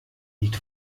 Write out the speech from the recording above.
lied